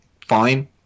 fine